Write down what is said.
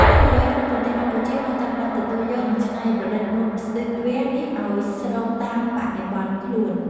យុវវ័យក្នុងប្រទេសកម្ពុជាបានចាប់ផ្តើមទទួលយក និងច្នៃប្រឌិតម៉ូដស្ទ្រីតវែរនេះឱ្យស្របតាមបរិបទខ្លួន។